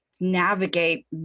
navigate